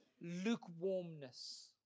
lukewarmness